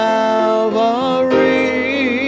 Calvary